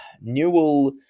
Newell